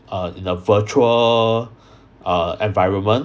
err in a virtual err environment